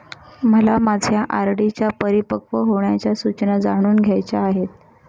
मला माझ्या आर.डी च्या परिपक्व होण्याच्या सूचना जाणून घ्यायच्या आहेत